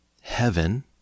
heaven